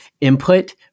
input